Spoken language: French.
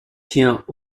tient